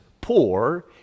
poor